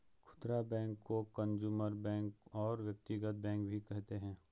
खुदरा बैंक को consumer bank और व्यक्तिगत बैंक भी कहते हैं